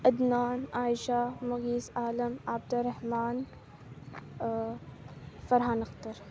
Adnan Aisha Mughees Alam Abdurrahman Farhan Akhtar